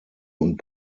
und